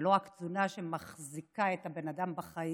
ולא רק תזונה שמחזיקה את הבן אדם בחיים,